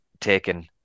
taken